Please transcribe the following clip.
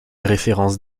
références